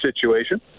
situation